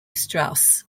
strauss